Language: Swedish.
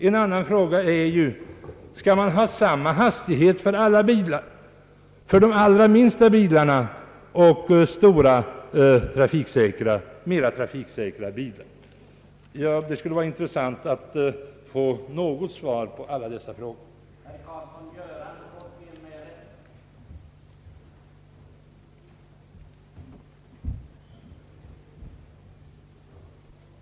Skall man ha sam ma hastighet för alla bilar — för de allra minsta bilarna som för de stora och mera trafiksäkra bilarna? Det vore intressant att få svar på någon av dessa många frågor.